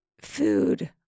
food